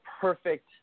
perfect